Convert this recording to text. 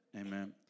Amen